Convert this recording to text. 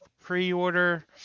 pre-order